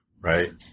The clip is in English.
Right